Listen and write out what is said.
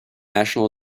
national